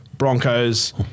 Broncos